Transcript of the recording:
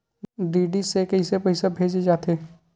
DD से कइसे पईसा भेजे जाथे?